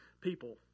people